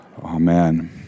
Amen